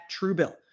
Truebill